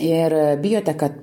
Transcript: ir bijote kad